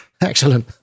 excellent